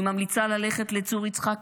אני ממליצה ללכת לצור יצחק,